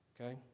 okay